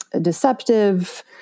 deceptive